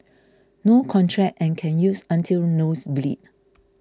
no contract and can use until nose bleed